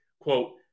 quote